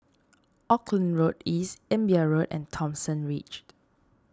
Auckland Road East Imbiah Road and Thomson Ridge